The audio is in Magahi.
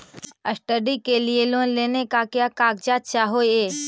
स्टडी के लिये लोन लेने मे का क्या कागजात चहोये?